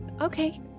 okay